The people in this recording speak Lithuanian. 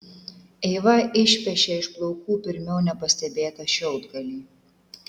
eiva išpešė iš plaukų pirmiau nepastebėtą šiaudgalį